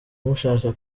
mushaka